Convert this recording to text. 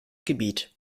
gebiet